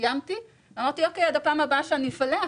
סיימתי ואמרתי שעד הפעם הבאה שאני אפלח